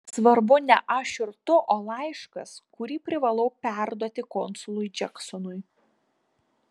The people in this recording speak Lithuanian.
svarbu ne aš ir tu o laiškas kurį privalau perduoti konsului džeksonui